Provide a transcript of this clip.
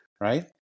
Right